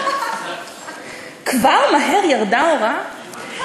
כבר מהר ירדה ההוראה?